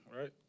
right